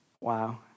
wow